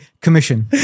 commission